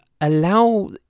allow